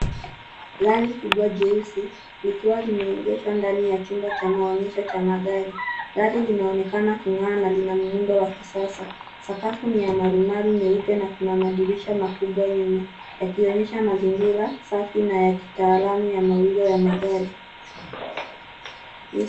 Gari kubwa jeusi likiwa limeegeshwa ndani ya chumba cha maonyesho cha magari . Gari linaonekana kungaa na lina muundo wa kisasa . Sakafu ni ya marumaru nyeupe na kuna madirisha makubwa nyuma yakionyesha mazingira safi na ya kitaalamu ya maundo ya magari.